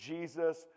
Jesus